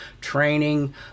training